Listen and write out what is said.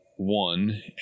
one